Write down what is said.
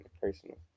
personal